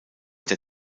der